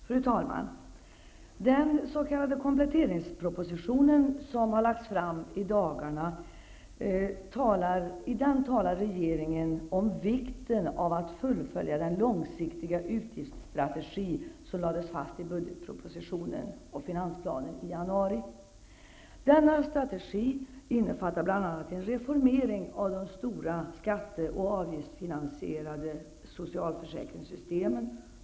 Fru talman! I den s.k. kompletteringsproposition som i dagarna har lagts fram talar regeringen om vikten av att fullfölja den långsiktiga utgiftsstrategi som lades fast i budgetpropositionen och finansplanen i januari. Denna strategi innefattar bl.a. en reformering av de stora skatte och avgiftsfinansierade socialförsäkringssystemen.